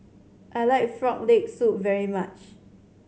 I like Frog Leg Soup very much